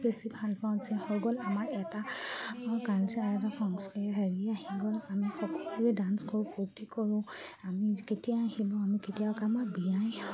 বেছি ভাল পাওঁ যে হৈ গ'ল আমাৰ এটা আমাৰ কালচাৰ এটা সংস্কৃতি হেৰি আহি গ'ল আমি সকলোৰে ডাঞ্চ কৰোঁ ফূৰ্তি কৰোঁ আমি কেতিয়া আহিব আমি কেতিয়াকৈ আমাৰ বিয়াই